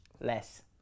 less